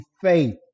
faith